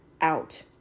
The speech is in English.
out